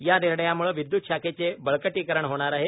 या निर्णयामुळे विदयूत शाखेचे बळकटीकरण होणार आहे